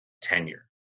tenure